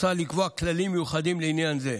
מוצע לקבוע כללים מיוחדים לעניין זה.